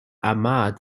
ahmad